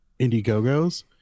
indiegogo's